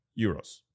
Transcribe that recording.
euros